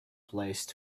place